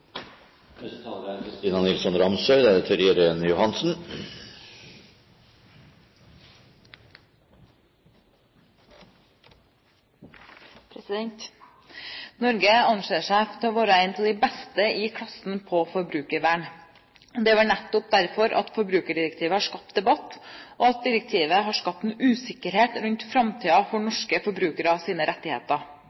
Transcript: Norge anser seg for å være en av de beste i klassen på forbrukervern. Det er vel nettopp derfor at forbrukerrettighetsdirektivet har skapt debatt, og at direktivet har skapt en usikkerhet rundt framtiden for